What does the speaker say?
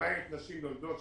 למעט נשים יולדות,